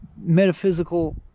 metaphysical